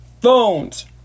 phones